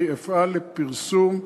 אני אפעל לפרסום.